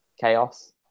chaos